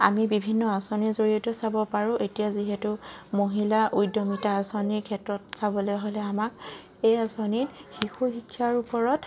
আমি বিভিন্ন আঁচনিৰ জৰিয়তেও চাব পাৰোঁ এতিয়া যিহেতু মহিলা উদ্যমিতা আঁচনিৰ সহায়ত চাবলৈ হ'লে আমাক এই আঁচনিক শিশু শিক্ষাৰ ওপৰত